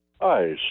Hi